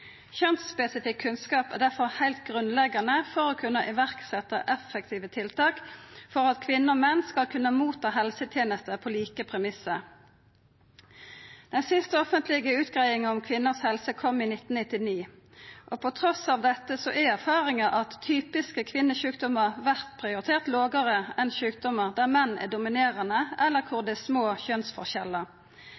Kjønnsspesifikk kunnskap er derfor heilt grunnleggjande for å kunna setja i verk effektive tiltak for at kvinner og menn skal kunna få helsetenester på like premissar. Den siste offentlege utgreiinga om kvinners helse kom i 1999. Trass i dette er erfaringa at typiske kvinnesjukdomar vert prioritert lågare enn sjukdomar der menn er dominerande, eller